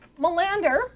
Melander